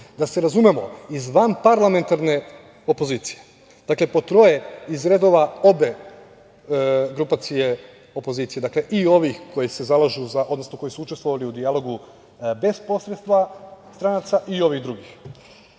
da se razumemo, iz vanparlamentarne opozicije, dakle, po troje iz redova obe grupacije opozicije, dakle, i ovih koji se zalažu, odnosno koji su učestvovali u dijalogu bez posredstva stranaca i ovih drugih. Kada